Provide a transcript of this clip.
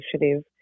initiative